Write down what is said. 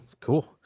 Cool